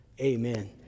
Amen